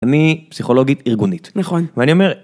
אני פסיכולוגית ארגונית נכון ואני אומר.